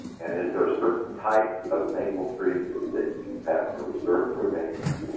and is there a certain type of maple tree that you tap for syrup or any kind.